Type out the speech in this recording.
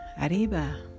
arriba